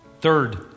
Third